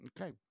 Okay